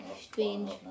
strange